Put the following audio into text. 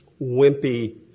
wimpy